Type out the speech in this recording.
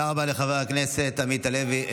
תודה רבה לחבר הכנסת עמית הלוי.